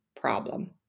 problem